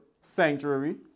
sanctuary